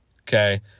Okay